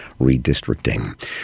redistricting